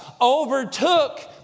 overtook